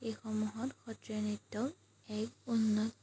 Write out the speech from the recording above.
এইসমূহত সত্ৰীয়া নৃত্য এক উন্নত